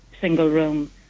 single-room